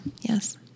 yes